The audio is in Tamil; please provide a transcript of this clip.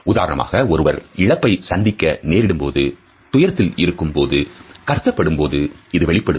உதாரணமாக ஒருவர் இழப்பை சந்திக்க நேரிடும் போது துயரத்தில் இருக்கும்போது கஷ்டப்படும் போது இது வெளிப்படும்